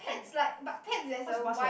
pets like but pets there's a wide